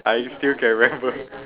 I still can remember